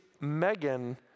Megan